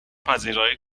پذیرایی